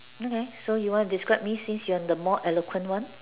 okay so you want to describe me since you are the more eloquent one